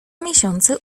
miesiące